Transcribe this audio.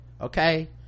okay